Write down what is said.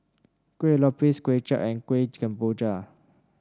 Kuih Lopes Kway Chap and Kueh Kemboja